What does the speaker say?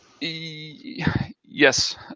Yes